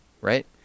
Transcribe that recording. right